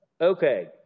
Okay